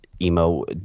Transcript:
emo